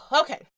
Okay